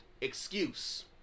excuse